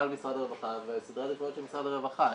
משרד הרווחה וסדרי העדיפויות של משרד הרווחה.